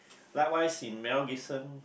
likewise in Mel-Gibson